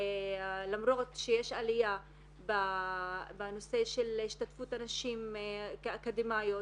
למרות שיש עלייה בנושא של השתתפות נשים אקדמיות,